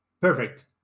Perfect